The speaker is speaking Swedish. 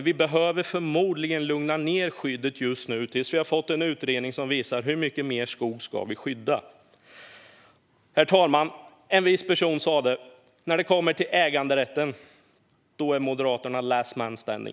Vi behöver förmodligen lugna ned skyddet just nu, tills vi har fått en utredning som visar hur mycket mer skog vi ska skydda. Herr talman! En vis person har sagt: När det kommer till äganderätten är Moderaterna last man standing.